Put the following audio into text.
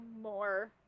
more